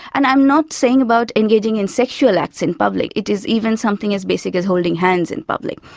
and i'm not saying about engaging in sexual acts in public, it is even something as basic as holding hands in public.